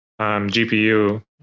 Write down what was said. GPU